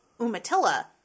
Umatilla